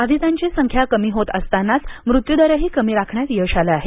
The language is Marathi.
बाधितांची संख्या कमी होत असतानाच मृत्युदरही कमी राखण्यात यश आलं आहे